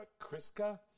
Kriska